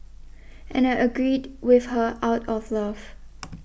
and I agreed with her out of love